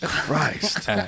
Christ